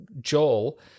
Joel